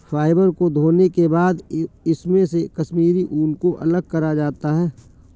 fibre को धोने के बाद इसमे से कश्मीरी ऊन को अलग करा जाता है